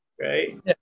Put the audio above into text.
right